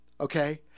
okay